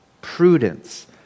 prudence